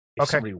Okay